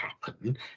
happen